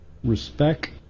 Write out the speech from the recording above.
Respect